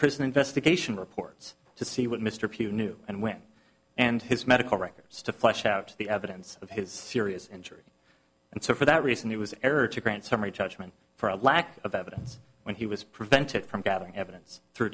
prison investigation reports to see what mr pugh knew and when and his medical records to flesh out the evidence of his serious injury and so for that reason he was ever to grant summary judgment for a lack of evidence when he was prevented from gathering evidence through